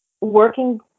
working